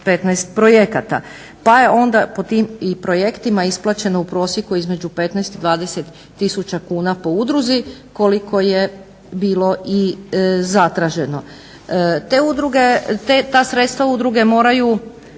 15 projekata. Pa je onda po tim i projektima isplaćeno u prosjeku između 15 i 20 tisuća kuna po udruzi koliko je bilo i zatraženo. Te udruge, ta sredstva udruge moraju